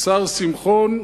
השר שמחון,